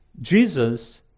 Jesus